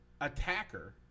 attacker